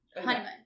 Honeymoon